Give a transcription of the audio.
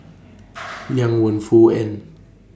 Liang Wenfu and